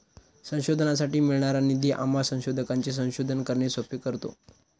संशोधनासाठी मिळणारा निधी आम्हा संशोधकांचे संशोधन करणे सोपे करतो